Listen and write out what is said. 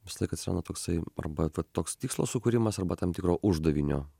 visą laiką atsiranda toksai arba toks tikslas sukūrimas arba tam tikro uždavinio